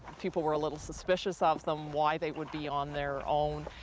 people were a little suspicious of them, why they would be on their own.